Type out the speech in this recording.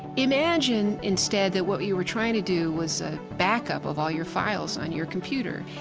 imagine instead that what you were trying to do was ah backup of all your files on your computer.